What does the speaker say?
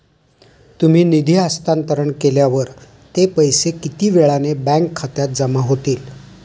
तुम्ही निधी हस्तांतरण केल्यावर ते पैसे किती वेळाने बँक खात्यात जमा होतील?